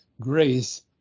grace